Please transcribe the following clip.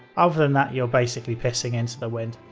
other than that, you're basically pissing into the wind.